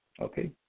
Okay